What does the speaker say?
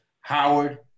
howard